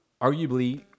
arguably